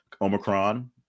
omicron